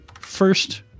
first